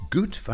Good